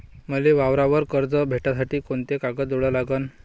मले वावरावर कर्ज भेटासाठी कोंते कागद जोडा लागन?